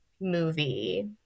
movie